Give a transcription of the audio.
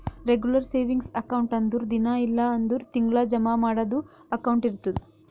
regular savings account ಅಂದುರ್ ದಿನಾ ಇಲ್ಲ್ ಅಂದುರ್ ತಿಂಗಳಾ ಜಮಾ ಮಾಡದು ಅಕೌಂಟ್ ಇರ್ತುದ್